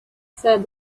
said